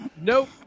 Nope